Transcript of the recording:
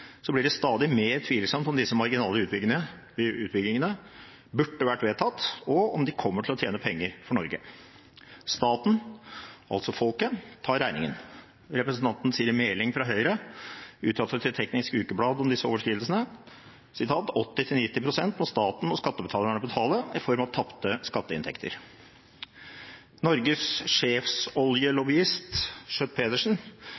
blir det stadig mer tvilsomt om disse marginale utbyggingene burde vært vedtatt, og om de kommer til å tjene penger for Norge. Staten, altså folket, tar regningen. Representanten Siri A. Meling fra Høyre uttalte til Teknisk Ukeblad om disse overskridelsene at 80–90 pst. må staten og skattebetalerne betale i form av tapte skatteinntekter. Norges